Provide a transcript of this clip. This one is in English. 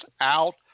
out